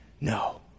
No